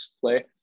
play